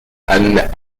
and